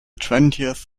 twentieth